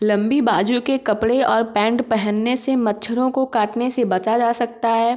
लम्बी बाजू के कपड़े और पैंट पहनने से मच्छरों को काटने से बचा जा सकता है